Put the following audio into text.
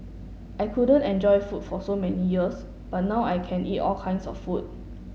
I couldn't enjoy food for so many years but now I can eat all kinds of food